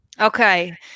Okay